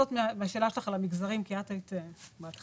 מהשאלה שלך על המגזרים כי את היית ראשונה.